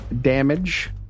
damage